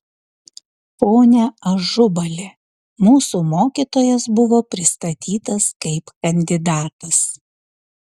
pone ažubali mūsų mokytojas buvo pristatytas kaip kandidatas